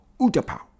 Utapau